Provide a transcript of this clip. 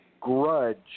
Grudge